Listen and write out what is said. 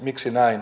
miksi näin